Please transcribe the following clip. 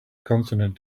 consonant